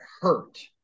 hurt